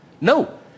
No